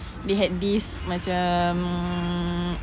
they had this macam